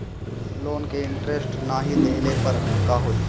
Loan के interest नाही देहले पर का होई?